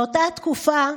באותה תקופה,